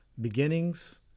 beginnings